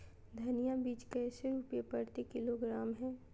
धनिया बीज कैसे रुपए प्रति किलोग्राम है?